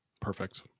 Perfect